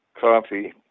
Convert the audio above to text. coffee